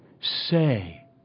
say